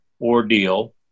ordeal